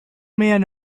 man